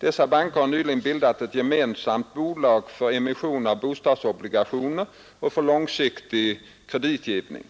Dessa banker har nyligen bildat ett gemensamt bolag för emission av bostadsobligationer och för långfristig kreditgivning.